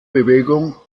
bewegung